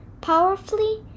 powerfully